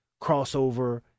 crossover